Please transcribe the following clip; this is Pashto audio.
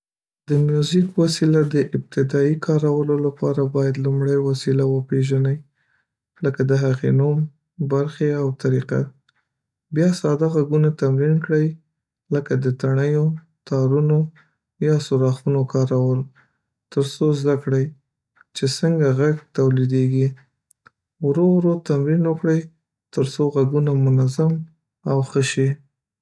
د میوزیک وسیله د ابتدايي کارولو لپاره باید لومړی وسیله وپېژنئ، لکه د هغې نوم، برخې او طریقه، بیا ساده غږونه تمرین کړئ، لکه د تڼیو، تارونو یا سوراخونو کارول، تر څو زده کړئ چې څنګه غږ تولیدېږي ورو ورو تمرین وکړئ ترڅو غږونه منظم او ښه شي.